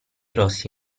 rossi